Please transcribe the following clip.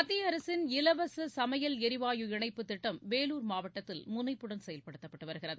மத்திய அரசின் இலவச சமையல் எரிவாயு இணைப்புத் திட்டம் வேலூர் மாவட்டத்தில் முனைப்புடன் செயல்படுத்தப்பட்டு வருகிறது